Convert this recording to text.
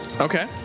Okay